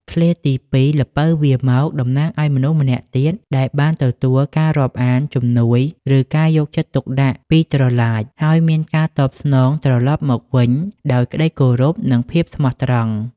ឃ្លាទីពីរ "ល្ពៅវារមក" តំណាងឲ្យមនុស្សម្នាក់ទៀតដែលបានទទួលការរាប់អាន ជំនួយ ឬការយកចិត្តទុកដាក់ពី "ត្រឡាច" ហើយមានការតបស្នងត្រឡប់មកវិញដោយក្តីគោរព និងភាពស្មោះត្រង់។